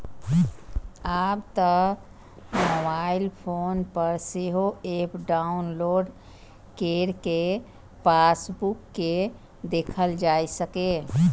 आब तं mobile phone पर सेहो एप डाउलोड कैर कें पासबुक कें देखल जा सकैए